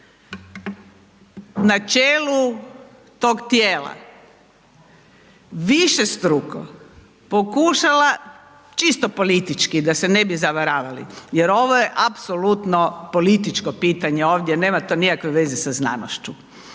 na čelu tog tijela, višestruko pokušala čisto politički da se ne bi zavaravali jer ovo je apsolutno političko pitanje ovdje, nema to nikakve veze sa znanošću,